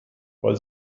weil